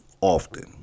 Often